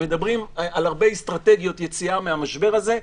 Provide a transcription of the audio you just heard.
מדברים על הרבה אסטרטגיות יציאה מן המשבר הזה.